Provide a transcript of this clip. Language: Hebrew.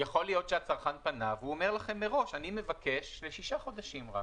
יכול להיות שהצרכן פנה והוא אומר לכם מראש: אני מבקש לשישה חודשים רק